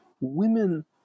women